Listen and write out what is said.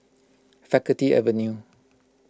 Faculty Avenue